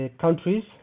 countries